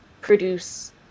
produce